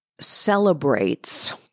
celebrates